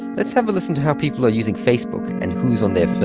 let's have a listen to how people are using facebook and who's on their